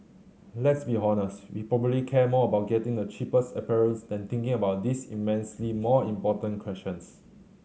let's be honest we probably care more about getting the cheapest apparels than thinking about these immensely more important questions